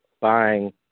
buying